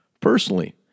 personally